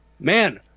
Man